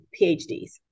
PhDs